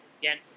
again